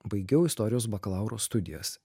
baigiau istorijos bakalauro studijas